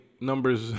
numbers